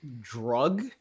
drug